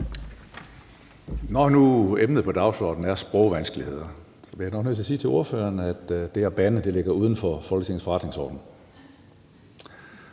Når nu emnet på dagsordenen er sprogvanskeligheder, bliver jeg nok nødt til at sige til ordføreren, at det at bande ligger uden for Folketingets forretningsorden.